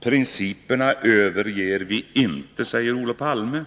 Principerna överger vi inte, säger Olof Palme.